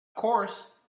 course